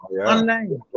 online